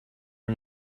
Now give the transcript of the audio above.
are